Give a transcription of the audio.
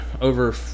over